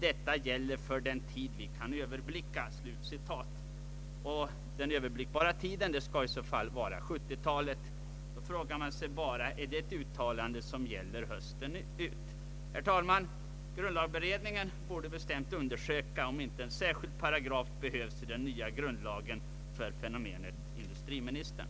Detta gäller för den tid vi kan överblicka.” Och den överblickbara tiden skall i så fall vara 1970-talet. är det ett uttalande som gäller hösten ut? Herr talman! Grundlagberedningen borde bestämt undersöka, om inte en särskild paragraf behövs i den nya grundlagen för fenomenet industriministern.